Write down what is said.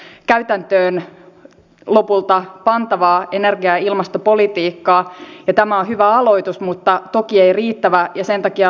vaikka tässä tilanteessa esitetään selvitettäväksi sosiaaliturvan tason laskemista turvapaikanhakijoiden osalta on kysymys isommasta periaatteellisesta päätöksestä ja kysymyksestä